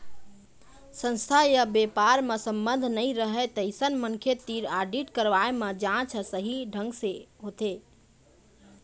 संस्था य बेपार म संबंध नइ रहय तइसन मनखे तीर आडिट करवाए म जांच ह सही ढंग ले होथे